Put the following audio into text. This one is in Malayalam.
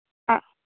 ആ